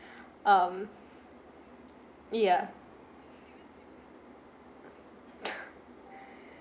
um ya